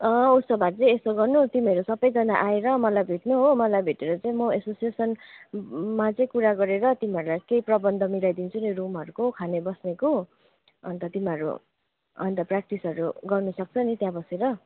अँ उसो भए चाहिँ यस्तो गर्नु तिमीहरू सबैजना आएर मलाई भेट्नु हो मलाई भेटेर चाहिँ म एसोसिएसनमा चाहिँ कुरा गरेर तिमीहरूलाई केही प्रबन्ध मिलाइदिन्छु नि रुमहरूको खाने बस्नेको अन्त तिमीहरू अन्त प्र्याक्टिसहरू गर्नु सक्छौ नि त्यहाँ बसेर